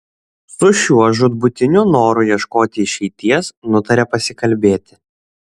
su šiuo žūtbūtiniu noru ieškoti išeities nutarė pasikalbėti